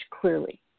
clearly